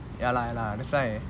ya lah ya lah that's why